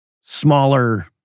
smaller